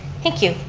thank you.